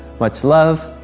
much love,